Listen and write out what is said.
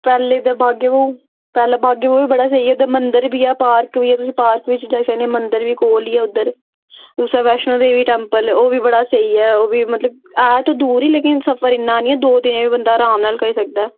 पैह्ले इद्धर बागे बहु पैह्ले बागे बहु बी बड़ा स्हेई ऐ इद्धर मंदर बी ऐ पार्क बी ऐ तुस पार्क बिच्च जाई सकने मंदर बी कोल ई ऐ उद्धर उद्धर बैश्नो देवी टेम्पल ओह् बी बड़ा स्हेई ऐ ओह् बी मतलब ऐ ते दूर ही ऐ लेकिन सफर इ'न्ना नि ऐ दो दिनें बंदा अराम नाल करी सकदा ऐ